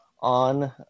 on